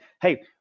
hey